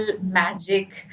magic